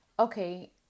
Okay